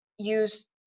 use